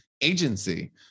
agency